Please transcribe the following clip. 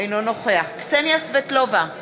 אינו נוכח קסניה סבטלובה,